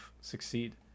succeed